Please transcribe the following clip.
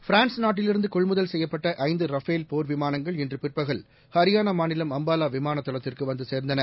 France நாட்டிலிருந்தகொள்முதல் செய்யப்பட்டஐந்தரபேல் போர் விழானங்கள் இன்றுபிற்பகல் ஹரியானாமாநிலம் அம்பாலாவிமானதளத்திற்குவந்துசேர்ந்தன